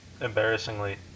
embarrassingly